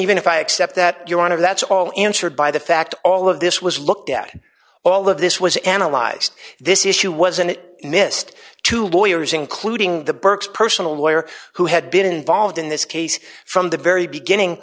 even if i accept that your honor that's all answered by the fact all of this was looked at all of this was analyzed this issue was and it missed two lawyers including the burke's personal lawyer who had been involved in this case from the very beginning